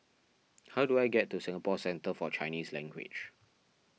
how do I get to Singapore Centre for Chinese Language